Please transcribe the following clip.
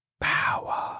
power